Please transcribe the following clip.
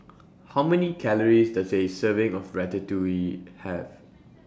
How Many Calories Does A Serving of Ratatouille Have